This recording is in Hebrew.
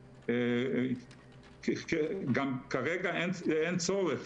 גם כרגע אין צורך,